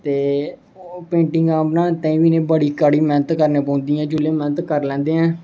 ते पेंटिंगां बनाने ताहीं बी इ'नें बड़ी कड़ी मैह्नत करनी पौंदी ऐ जेल्लै मैह्नत करी लैंदे ऐं